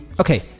okay